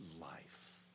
life